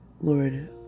Lord